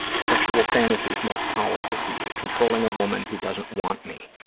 sexual fantasies most powerful to you. controlling a woman who doesn't want me.